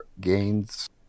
gains